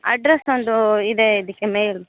address ನನ್ನದು ಇದೇ ಇದಕ್ಕೆ ಮೇಲ್